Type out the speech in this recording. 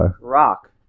Rock